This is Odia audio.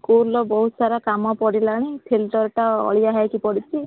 ସ୍କୁଲର ବହୁତ ସାରା କାମ ପଡ଼ିଲାଣି ଫିଲ୍ଟର୍ଟା ଅଳିଆ ହେଇ ପଡ଼ିଛି